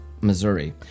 Missouri